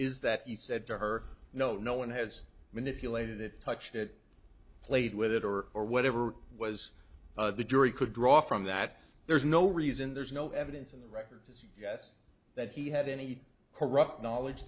is that he said to her no no one has manipulated it touched it played with it or or whatever was the jury could draw from that there's no reason there's no evidence in the record as yes that he had any corrupt knowledge